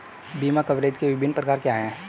बीमा कवरेज के विभिन्न प्रकार क्या हैं?